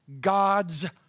God's